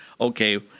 okay